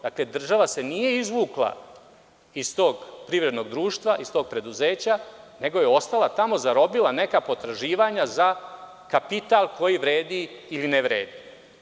Dakle, država se nije izvukla iz tog privrednog društva, iz tog preduzeća, nego je ostala tamo, zarobila neka potraživanja za kapital koji vredi ili ne vredi.